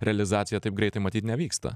realizacija taip greitai matyt nevyksta